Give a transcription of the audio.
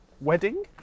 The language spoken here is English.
wedding